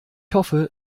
hoffe